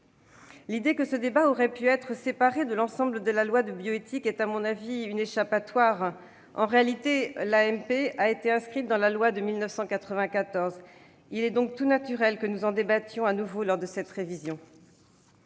L'idée que ce débat aurait pu être séparé de l'ensemble de la loi de bioéthique est à mon avis une échappatoire. En réalité, l'AMP a été inscrite dans la loi de 1994. Il est donc tout naturel que nous en débattions de nouveau lors de cette révision.